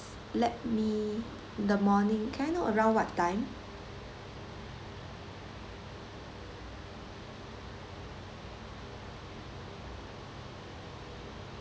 let me the morning can I know around what time